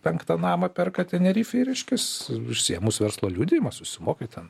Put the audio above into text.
penktą namą perka tenerifėj reiškias išsiėmus verslo liudijimą susimoki ten